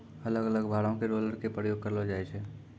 अलग अलग भारो के रोलर के प्रयोग करलो जाय छै